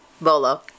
Bolo